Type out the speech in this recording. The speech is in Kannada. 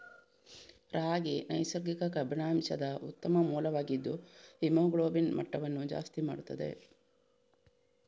ರಾಗಿ ನೈಸರ್ಗಿಕ ಕಬ್ಬಿಣಾಂಶದ ಉತ್ತಮ ಮೂಲವಾಗಿದ್ದು ಹಿಮೋಗ್ಲೋಬಿನ್ ಮಟ್ಟವನ್ನ ಜಾಸ್ತಿ ಮಾಡ್ತದೆ